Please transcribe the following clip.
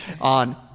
On